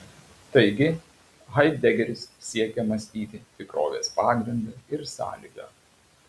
taigi haidegeris siekia mąstyti tikrovės pagrindą ir sąlygą